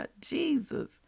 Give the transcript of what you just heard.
Jesus